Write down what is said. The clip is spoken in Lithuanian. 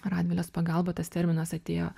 radvilės pagalba tas terminas atėjo